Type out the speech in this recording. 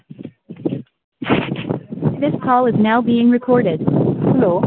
this call is now being recorded hello